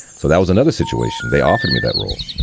so that was another situation. they offered me that role.